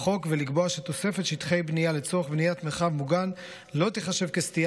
לחוק ולקבוע שתוספת שטחי בנייה לצורך בניית מרחב מוגן לא תיחשב כסטייה